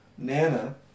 Nana